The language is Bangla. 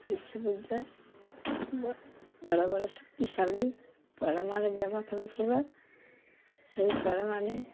বিশ্বযুদ্ধ বড় বড় বড় শক্তিশালী পরমাণু ব্যবহার করেছিল সেই পর পরমাণুর